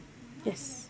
yes